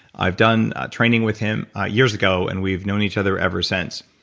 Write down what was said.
i've done training with him years ago, and we've known each other ever since.